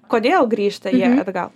kodėl grįžta jie atgal